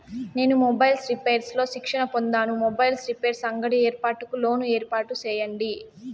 నేను mobiles repairs లో శిక్షణ పొందాను, మొబైల్ రిపైర్స్ అంగడి ఏర్పాటుకు లోను ఏర్పాటు సేయండి?